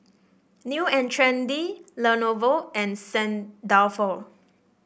New And Trendy Lenovo and Saint Dalfour